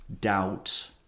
doubt